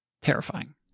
Terrifying